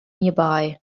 nearby